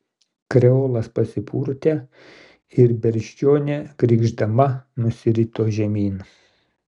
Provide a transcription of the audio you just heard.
kreolas pasipurtė ir beždžionė krykšdama nusirito žemyn